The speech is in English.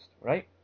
right